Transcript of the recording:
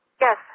Yes